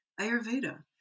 Ayurveda